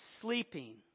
sleeping